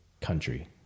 country